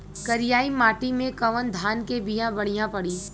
करियाई माटी मे कवन धान के बिया बढ़ियां पड़ी?